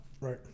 right